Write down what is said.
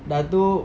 dah tu